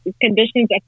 conditions